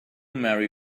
marry